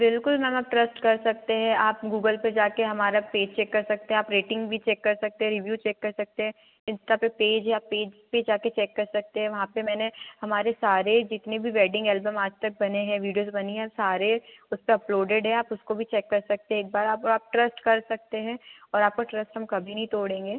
बिल्कुल मैम आप ट्रस्ट कर सकते है आप गूगल पर जा कर हमारा पेज चेक कर सकते आप रेटिंग भी चेक कर सकते हैं रीव्यू चेक कर सकते हैं इंस्टा पर पेज या पेज पर जा कर चेक कर सकते है वहाँ पर मैंने हमारे सारे जितने भी वैडिंग एल्बम आज तक बने है वीडियोज़ बनी हैं सारे उसपे अपलोडेड हैं आप उसको भी चेक कर सकते एक बार आप आप ट्रस्ट कर सकते हैं और आपका ट्रस्ट हम कभी नहीं तोड़ेंगे